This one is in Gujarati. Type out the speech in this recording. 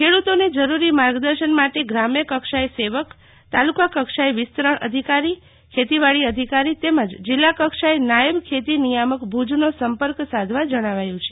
ખેડુતોને જરૂરી માર્ગદર્શન માટે ગ્રામ્ય કક્ષાએ સેવક તાલુકા કક્ષાએ વિસ્તરણ અધિકારી ખેતીવાડી અધિકારી તેમજ જિલ્લા કક્ષાએ નાયબ ખેતી નિયામક ભુજ નો સંપર્ક સાધવા જણાવાયું છે